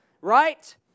right